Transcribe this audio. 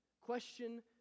question